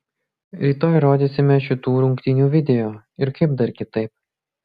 rytoj rodysime šitų rungtynių video ir kaip dar kitaip